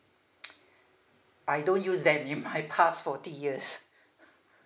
I don't use them in my past forty years